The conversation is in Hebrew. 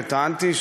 וטענתי,